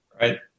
Right